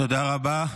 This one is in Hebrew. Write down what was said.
תודה רבה.